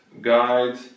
guide